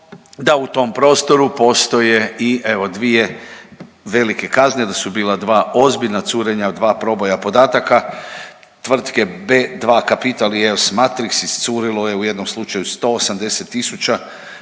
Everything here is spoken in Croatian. da u tom prostoru postoje i evo dvije velike kazne da su bila dva ozbiljna curenja u dva proboja podataka tvrtke B2 Kapital i EOS Matrix iscurilo je u jednom slučaju 180 tisuća